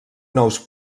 nous